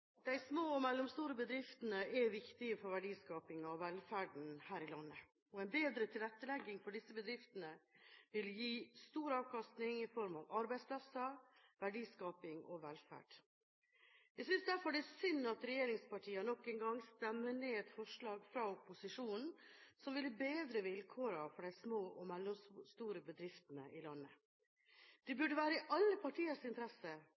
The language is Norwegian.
De små og mellomstore bedriftene er viktige for verdiskapingen og velferden her i landet, og en bedre tilrettelegging for disse bedriftene vil gi stor avkastning i form av arbeidsplasser, verdiskaping og velferd. Jeg synes derfor det er synd at regjeringspartiene nok en gang stemmer ned et forslag fra opposisjonen som ville bedre vilkårene for de små og mellomstore bedriftene i landet. Det burde være i alle partiers interesse